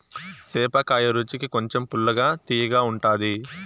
సేపకాయ రుచికి కొంచెం పుల్లగా, తియ్యగా ఉంటాది